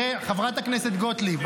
חברת הכנסת גוטליב,